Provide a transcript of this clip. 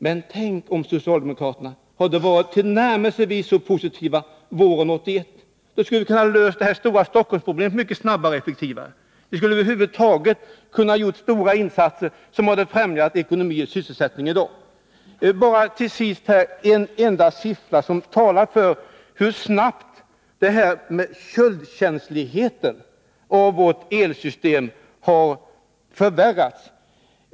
Men tänk om socialdemokraterna hade varit tillnärmelsevis så positiva våren 1981! Då skulle vi ha kunnat lösa det här stora Stockholmsproblemet mycket snabbare och effektivare. Vi skulle över huvud taget ha kunnat göra stora insatser som hade främjat ekonomi och sysselsättning i dag. Bara till sist: En enda siffra talar för hur snabbt köldkänsligheten av vårt elsystem har förvärrats.